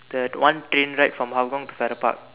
that one train ride from Hougang to Farrer park